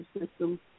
system